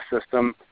system